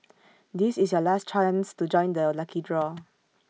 this is your last chance to join the lucky draw